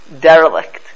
derelict